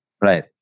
Right